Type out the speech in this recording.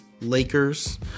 Lakers